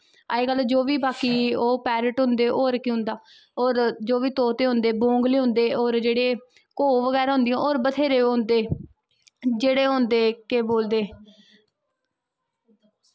अज्ज कल जो बी पैरट होंदे होर केह् होंदा होर जो बी तोते होंदे बौंगले होंदे घोह् बगैरा होंदियां होर बत्थेरे ओह् होंदे जेह्ड़े ओह् होंदे केह् बोलदे